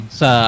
sa